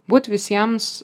būt visiems